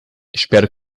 espero